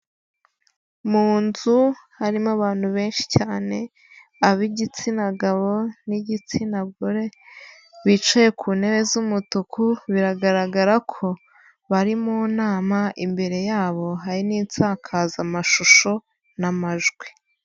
Mu nzu harimo abantu benshi cyane, ab'igitsina gabo n'igitsina gore, bicaye ku ntebe z'umutuku, biragaragara ko bari mu nama, imbere yabo hari n'insakazamashusho n'amajwi.